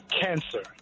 Cancer